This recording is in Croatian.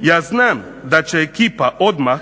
Ja znam da će ekipa odmah,